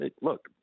look